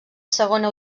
segona